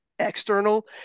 external